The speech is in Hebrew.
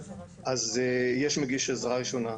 אז יש מגיש עזרה ראשונה.